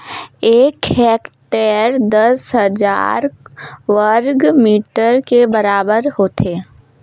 एक हेक्टेयर दस हजार वर्ग मीटर के बराबर होथे